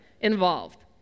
involved